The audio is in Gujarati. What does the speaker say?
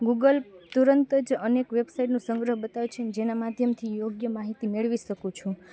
ગૂગલ તુરંત જ અનેક વેબસાઇટનો સંગ્રહ બતાવે છેને જેના માધ્યમથી યોગ્ય માહિતી મેળવી શકું છું